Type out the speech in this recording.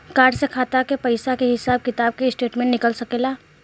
Card से खाता के पइसा के हिसाब किताब के स्टेटमेंट निकल सकेलऽ?